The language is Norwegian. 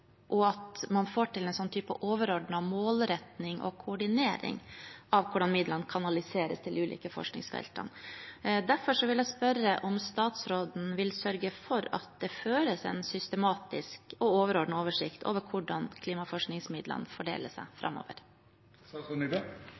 at man får til en overordnet koordinering av hvordan midlene kanaliseres til de ulike forskningsfeltene. Derfor vil jeg spørre om statsråden vil sørge for at det føres en systematisk og overordnet oversikt over hvordan klimaforskningsmidlene fordeler seg